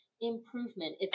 improvement